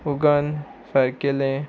उगान सारकेलें